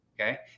okay